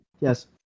yes